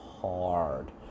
hard